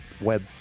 web